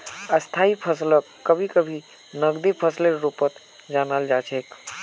स्थायी फसलक कभी कभी नकदी फसलेर रूपत जानाल जा छेक